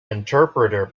interpreter